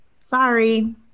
sorry